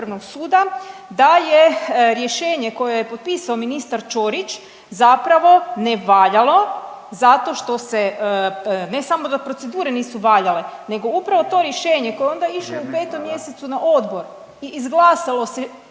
da je rješenje koje je potpisao ministar Ćorić zapravo nevaljalo zato što se ne samo da procedure nisu valjale nego upravo to rješenje koje je onda …/Upadica Radin: Vrijeme, hvala./… išlo u petom mjesecu na odbor i izglasalo se